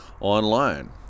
online